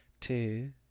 two